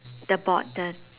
the board the